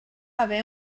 haver